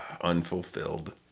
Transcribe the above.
unfulfilled